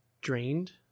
drained